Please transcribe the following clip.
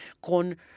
con